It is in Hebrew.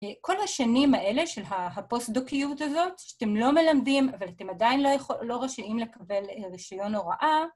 כל השנים האלה של הפוסט-דוקיות הזאת שאתם לא מלמדים אבל אתם עדיין לא רשאים לקבל רישיון הוראה